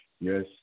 yes